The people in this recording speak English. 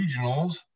regionals